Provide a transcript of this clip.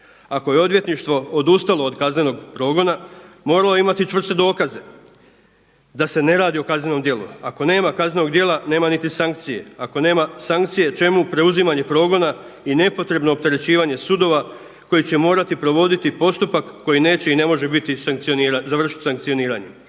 Ako je odvjetništvo odustalo od kaznenog progona moralo je imati čvrste dokaze da se ne radi o kaznenom djelu. Ako nema kaznenog djela nema niti sankcije, ako nema sankcije čemu preuzimanje progona i nepotrebno opterećivanje sudova koji će morati provoditi postupak koji neće i ne može završiti sankcioniranje.